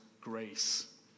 grace